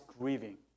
grieving